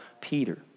Peter